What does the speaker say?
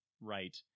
right